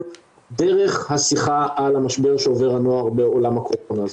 דרך השיחה על המשבר שעובר הנוער בעולם הקורונה.